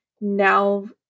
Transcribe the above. now